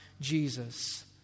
Jesus